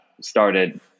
started